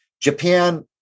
Japan